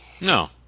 No